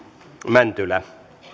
mäntylä